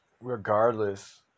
regardless